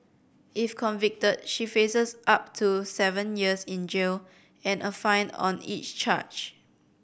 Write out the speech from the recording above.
if convicted she faces up to seven years in jail and a fine on each charge